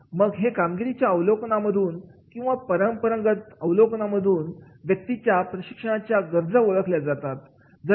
मग हे कामगिरीच्या अवलोकनामधून किंवा पारंगत अवलोकनामधून व्यक्तींच्या प्रशिक्षणाच्या गरजा ओळखले जातात